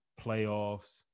playoffs